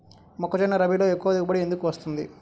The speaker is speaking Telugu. మొక్కజొన్న రబీలో ఎక్కువ దిగుబడి ఎందుకు వస్తుంది?